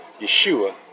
Yeshua